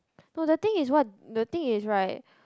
no the thing is what the thing is right